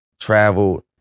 traveled